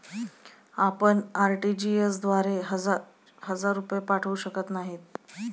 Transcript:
आपण आर.टी.जी.एस द्वारे हजार रुपये पाठवू शकत नाही